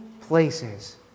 places